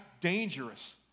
dangerous